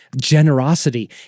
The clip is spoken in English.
generosity